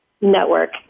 network